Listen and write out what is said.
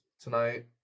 tonight